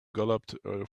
galloped